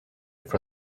for